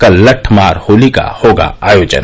कल लट्ठमार होली का होगा आयोजन